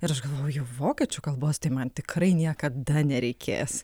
ir aš galvojau vokiečių kalbos tai man tikrai niekada nereikės